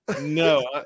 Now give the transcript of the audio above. no